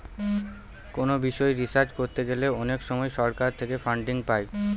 কোনো বিষয় রিসার্চ করতে গেলে অনেক সময় সরকার থেকে ফান্ডিং পাই